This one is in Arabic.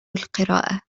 القراءة